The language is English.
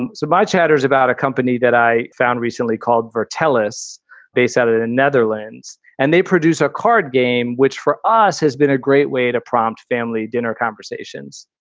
and so my chatters about a company that i found recently called viertel us based out of the and netherlands, and they produce a card game, which for us has been a great way to prompt family dinner conversations.